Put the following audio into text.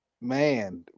Man